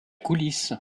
coulisse